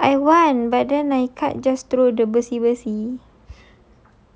I want but then I can't just throw the besi-besi